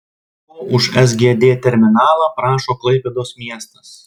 ko už sgd terminalą prašo klaipėdos miestas